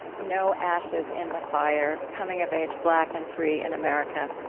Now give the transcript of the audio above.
no ashes in the fire coming of age black and free in america.